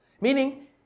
Meaning